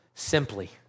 Simply